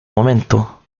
momento